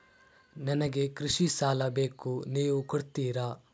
ನನಗೆ ಕೃಷಿ ಸಾಲ ಬೇಕು ನೀವು ಕೊಡ್ತೀರಾ?